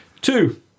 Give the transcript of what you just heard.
Two